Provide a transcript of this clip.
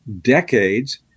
decades